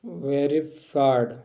verified